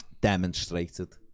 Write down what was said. demonstrated